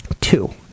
Two